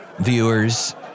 Viewers